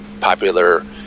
popular